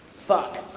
fuck.